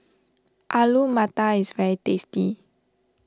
Alu Matar is very tasty